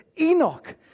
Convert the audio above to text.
Enoch